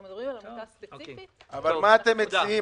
אנחנו מדברים על עמותה ספציפית --- אבל מה אתם מציעים?